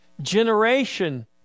generation